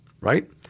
right